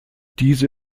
diese